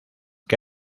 que